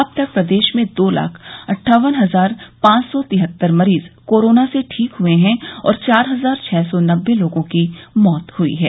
अब तक प्रदेश में दो लाख अटावन हजार पांच सौ तिहत्तर मरीज कोरोना से ठीक हुए है और चार हजार छः सौ नब्बे लोगों की मौत हुई है